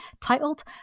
titled